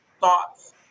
thoughts